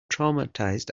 traumatized